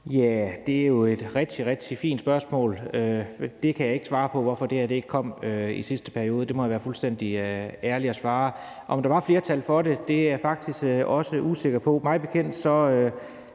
Ja, det er jo et rigtig, rigtig fint spørgsmål. Jeg kan ikke svare på, hvorfor det her ikke kom i sidste periode – det må jeg være fuldstændig ærlig at svare. Om der var flertal for det, er jeg faktisk også usikker på.